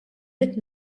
ridt